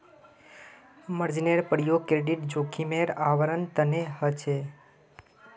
मार्जिनेर प्रयोग क्रेडिट जोखिमेर आवरण तने ह छे